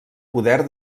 poder